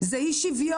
זה אי שוויון'.